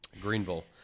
Greenville